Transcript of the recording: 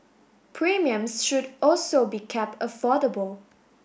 premiums should also be kept affordable